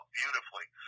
beautifully